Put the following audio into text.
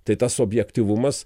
tai tas objektyvumas